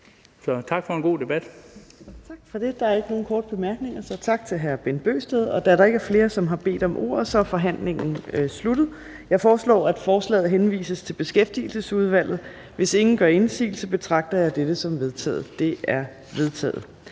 Tak for en god debat.